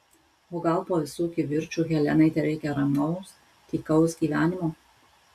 o gal po visų kivirčų helenai tereikia ramaus tykaus gyvenimo